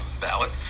ballot